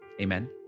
Amen